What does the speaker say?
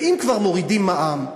ואם כבר מורידים מע"מ,